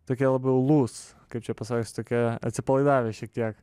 tokie labiau lūs kaip čia pasakius tokie atsipalaidavę šiek tiek